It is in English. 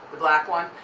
the black one,